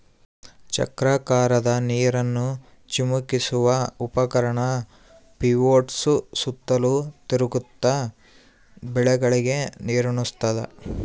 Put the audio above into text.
ಚಕ್ರಾಕಾರದಾಗ ನೀರನ್ನು ಚಿಮುಕಿಸುವ ಉಪಕರಣ ಪಿವೋಟ್ಸು ಸುತ್ತಲೂ ತಿರುಗ್ತ ಬೆಳೆಗಳಿಗೆ ನೀರುಣಸ್ತಾದ